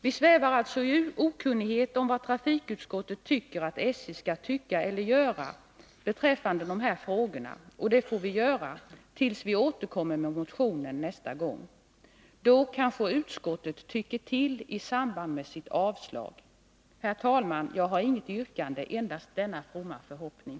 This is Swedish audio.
Vi svävar alltså i okunnighet om vad trafikutskottet anser att SJ skall tycka eller göra beträffande de här frågorna, och det får vi göra tills vi återkommer med motionen nästa gång. Då kanske utskottet tycker till i samband med sitt avstyrkande. Herr talman! Jag har inget yrkande, endast denna fromma förhoppning.